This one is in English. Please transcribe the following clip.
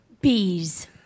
Bees